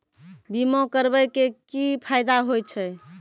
बीमा करबै के की फायदा होय छै?